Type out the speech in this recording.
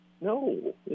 No